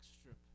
strip